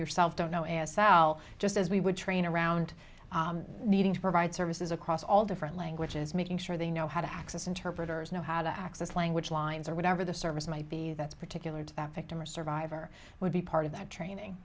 yourself don't know as south just as we would train around needing to provide services across all different languages making sure they know how to access interpreters know how to access language lines or whatever the service might be that's particular to that victim or survivor would be part of that training